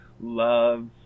love